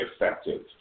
effective